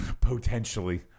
Potentially